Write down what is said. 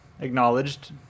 acknowledged